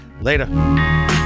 later